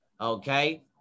Okay